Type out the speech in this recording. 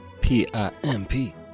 P-I-M-P